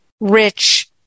rich